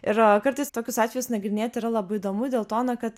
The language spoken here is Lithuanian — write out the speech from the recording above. ir kartais tokius atvejus nagrinėti yra labai įdomu dėl to na kad